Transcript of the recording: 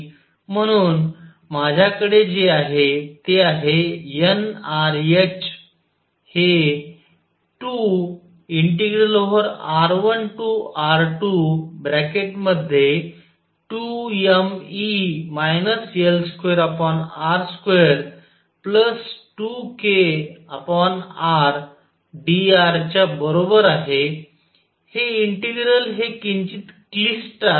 म्हणून माझ्याकडे जे आहे ते आहे nrh हे 2r1r22mE L2r22kr dr च्या बरोबर आहे हे इंटिग्रल हे किंचित क्लिष्ट आहे